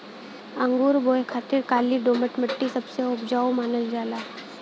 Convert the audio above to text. अंगूर बोए खातिर काली दोमट मट्टी सबसे उपजाऊ मानल जाला